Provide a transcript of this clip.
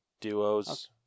duos